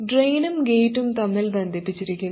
ഡ്രെയിനും ഗേറ്റും തമ്മിൽ ബന്ധിപ്പിച്ചിരിക്കുന്നു